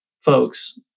folks